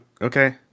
Okay